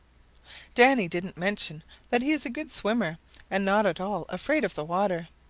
danny didn't mention that he is a good swimmer and not at all afraid of the water.